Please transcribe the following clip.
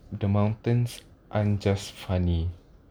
the mountains aren't just funny